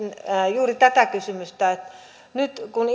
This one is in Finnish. juuri tätä kysymystä että nyt kun